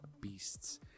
beasts